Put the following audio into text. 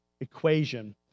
equation